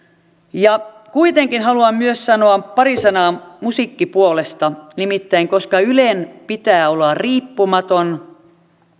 kuitenkin haluan myös sanoa pari sanaa musiikkipuolesta nimittäin koska ylen pitää olla riippumaton